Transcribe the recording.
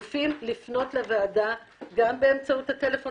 פנייה נוספות לוועדה: גם באמצעות הטלפון